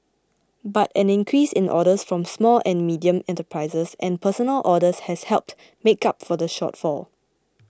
but an increase in orders from small and medium enterprises and personal orders has helped make up for the shortfall